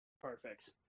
perfect